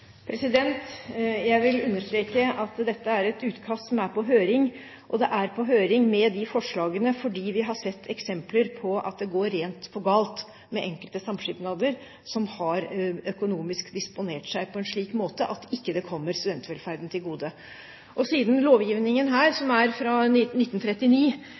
Jeg vil understreke at dette er et utkast som er på høring, og det er på høring med de forslagene fordi vi har sett eksempler på at det går rent for galt med enkelte samskipnader som økonomisk har disponert seg på en slik måte at det ikke kommer studentvelferden til gode. Siden lovgivningen her, som er fra 1939,